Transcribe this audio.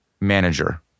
manager